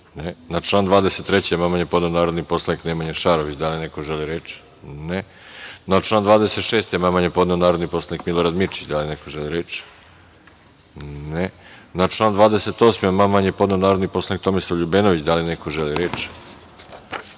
član 23. amandman je podneo narodni poslanik Nemanja Šarović. Da li neko želi reč? (Ne.)Na član 26. amandman je podneo narodni poslanik Milorad Mirčić. Da li neko želi reč? (Ne.)Na član 28. amandman je podneo narodni poslanik Tomislav Ljubenović. Da li neko želi reč?